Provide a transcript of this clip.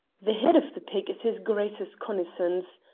the head of the pig is his grace's cognisance.